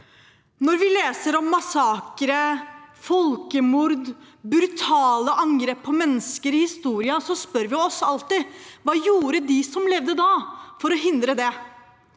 Når vi leser om massakrer, folkemord og brutale angrep på mennesker i historien, spør vi oss alltid: Hva gjorde de som levde da for å hindre det?